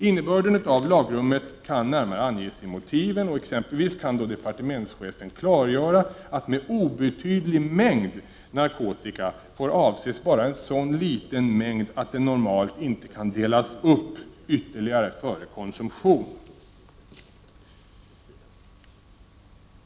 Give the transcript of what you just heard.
Innebörden av lagrummet kan närmare anges i motiven. Exempelvis kan departementschefen klargöra att med ”obetydlig mängd” narkotika får avses bara en så liten mängd att den normalt inte kan delas upp ytterligare före konsumtion.